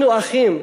אנחנו אחים,